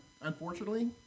unfortunately